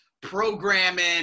programming